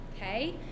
okay